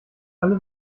alle